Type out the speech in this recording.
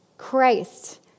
Christ